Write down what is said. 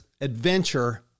adventure